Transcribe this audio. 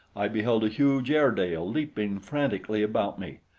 i beheld a huge airedale leaping frantically about me.